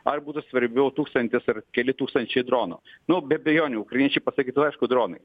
ar būtų svarbiau tūkstantis ar keli tūkstančiai dronų nu be abejonių ukrainiečiai pasakytų aišku dronai